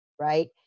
right